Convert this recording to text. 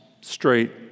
straight